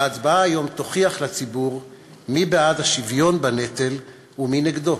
וההצבעה היום תוכיח לציבור מי בעד השוויון בנטל ומי נגדו.